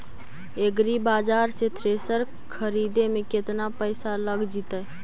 एग्रिबाजार से थ्रेसर खरिदे में केतना पैसा लग जितै?